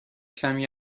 کمی